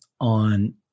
on